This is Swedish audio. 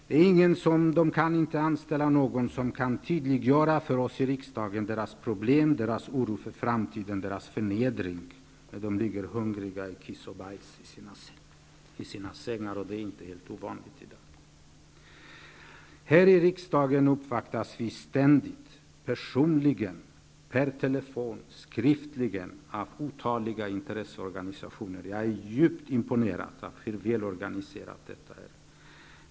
De kan inte anställa någon som kan tydliggöra för oss i riksdagen deras problem, deras oro för framtiden, deras förnedring när de ligger hungriga, i kiss och bajs i sina sängar. Det är inte helt ovanligt i dag. Här i riksdagen uppvaktas vi ständigt, personligen, per telefon, skriftligen av otaliga intresseorganisationer. Jag är djupt imponerad av hur välorganiserat det är.